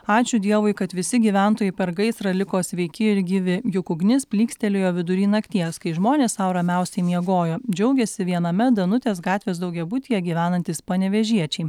ačiū dievui kad visi gyventojai per gaisrą liko sveiki ir gyvi juk ugnis plykstelėjo vidury nakties kai žmonės sau ramiausiai miegojo džiaugiasi viename danutės gatvės daugiabutyje gyvenantys panevėžiečiai